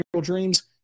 dreams